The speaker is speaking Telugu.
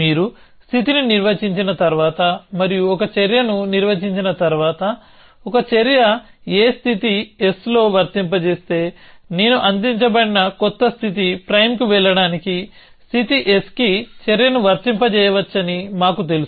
మీరు స్థితిని నిర్వచించిన తర్వాత మరియు మీరు ఒక చర్యను నిర్వచించిన తర్వాత ఒక చర్య a స్థితి s లో వర్తింపజేస్తే నేను అందించబడిన కొత్త స్థితి ప్రైమ్కి వెళ్లడానికి స్థితి sకి చర్యను వర్తింపజేయవచ్చని మాకు తెలుసు